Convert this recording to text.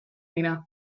dira